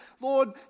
Lord